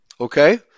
Okay